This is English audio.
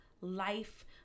life